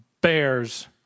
bears